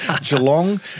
Geelong